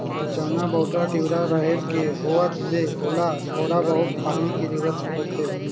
चना, बउटरा, तिंवरा, रहेर के होवत ले ओला थोड़ा बहुत पानी के जरूरत होथे